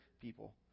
people